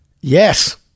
yes